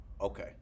Okay